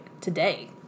today